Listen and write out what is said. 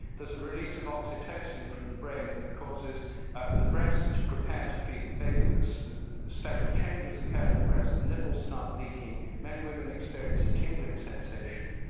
there's a release of oxytocin from the brain that causes the breast to prepare to feed the baby. these special changes occur in the breast the nipple starts leaking, many women experience a tingling sensation.